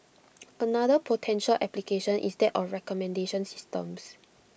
another potential application is that of recommendation systems